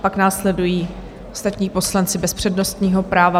Pak následují ostatní poslanci bez přednostního práva.